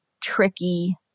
tricky